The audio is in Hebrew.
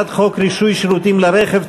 בקריאה ראשונה על הצעת חוק רישוי שירותים לרכב,